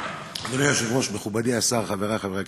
אדוני היושב-ראש, מכובדי השר, חברי חברי הכנסת,